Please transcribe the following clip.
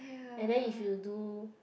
and then if you do